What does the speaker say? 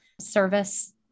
service